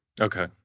okay